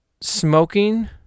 smoking